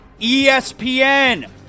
ESPN